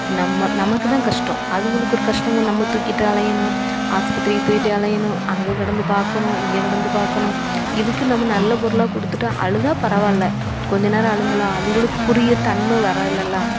நம்ம நமக்கு தான் கஷ்டம் அதுகளுக்கு ஒரு கஷ்டம்போது நம்ம தூக்கிட்டு அலையணும் ஆஸ்பத்திரிக்கு தூக்கிட்டு அலையணும் அங்கே கிடந்து பார்க்கணும் இங்கே கிடந்து பார்க்கணும் இதுக்கு நம்ம நல்ல பொருளாக கொடுத்துட்டா அழுதா பரவாயில்லை கொஞ்சநேரம் அழுங்களா அதுங்களுக்கு புரிய தன்மை வராயில்லல்லா